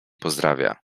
pozdrawia